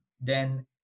Then-